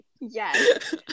yes